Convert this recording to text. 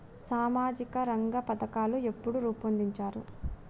సామాజిక రంగ పథకాలు ఎప్పుడు రూపొందించారు?